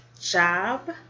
job